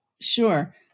Sure